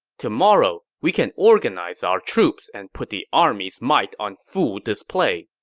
tomorrow, we can organize our troops and put the army's might on full display.